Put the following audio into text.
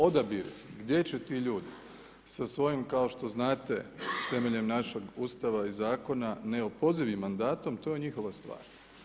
Odabir gdje će ti ljudi sa svojim, kao što znate, temeljem našeg Ustava i zakona neopozivim mandatom, to je njihova stvar.